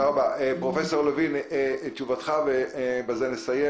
פרופ' לוין, תשובתך, ובזה נסיים.